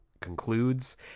concludes